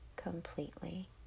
completely